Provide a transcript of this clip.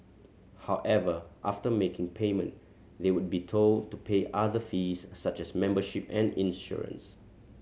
however after making payment they would be told to pay other fees such as membership and insurance